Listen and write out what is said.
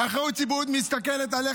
אחריות ציבורית נמדדת,